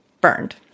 burned